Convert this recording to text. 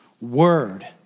word